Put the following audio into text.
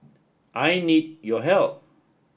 I need your help